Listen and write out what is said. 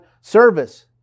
service